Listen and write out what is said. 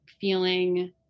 feeling